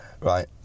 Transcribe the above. Right